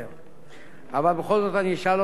יכול להיות שיש שיפורים והשתנה הכול.